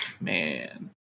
Man